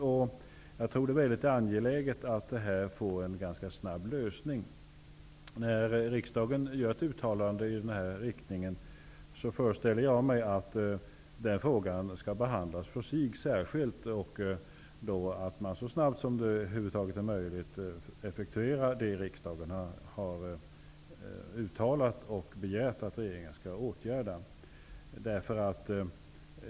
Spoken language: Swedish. Jag tror att det är mycket angeläget att denna fråga får en ganska snabb lösning. När riksdagen gör ett uttalande i den här riktningen, föreställer jag mig att frågan skall behandlas för sig, särskilt, och att man så snabbt som det över huvud taget är möjligt skall effektuera det som riksdagen har uttalat och begärt att regeringen skall åtgärda.